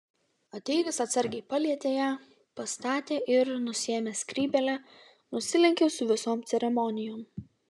ateivis atsargiai palietė ją pastatė ir nusiėmęs skrybėlę nusilenkė su visom ceremonijom